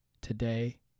today